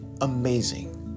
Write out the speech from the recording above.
amazing